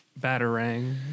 batarang